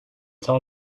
tell